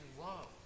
love